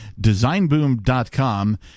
designboom.com